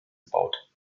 gebaut